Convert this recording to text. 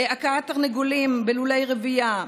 הכאת תרנגולים בלולי רבייה,